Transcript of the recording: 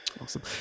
awesome